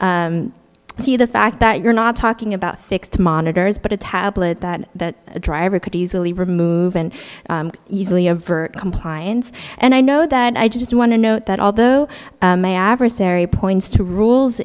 v see the fact that you're not talking about fixed monitors but a tablet that the driver could easily remove and easily avert compliance and i know that i just want to note that although my adversary points to rules